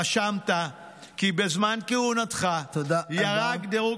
רשמת כי בזמן כהונתך ירד דירוג